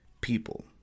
people